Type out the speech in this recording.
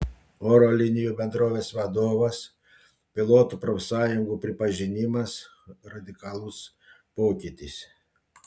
oro linijų bendrovės vadovas pilotų profsąjungų pripažinimas radikalus pokytis